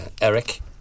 Eric